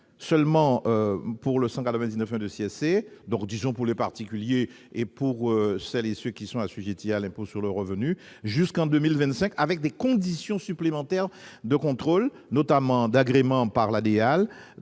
de l'article 199 C pour les particuliers et pour celles et ceux qui sont assujettis à l'impôt sur le revenu jusqu'en 2025, avec des conditions supplémentaires de contrôle, notamment d'agrément des